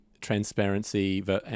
transparency